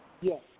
Yes